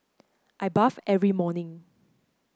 I bathe every morning